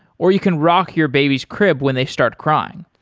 or you can rock your baby's crib when they start crying.